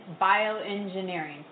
bioengineering